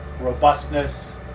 robustness